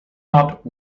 not